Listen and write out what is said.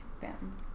fans